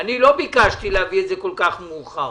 אני לא ביקשתי להביא את זה כל כך מאוחר